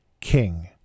King